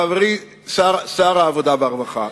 חברי שר העבודה והרווחה,